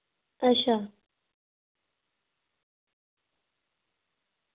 अच्छा